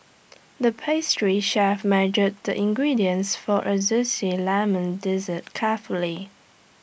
the pastry chef measured the ingredients for A Zesty Lemon Dessert carefully